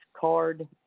card